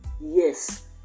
Yes